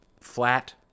flat